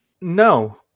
No